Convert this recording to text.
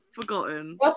forgotten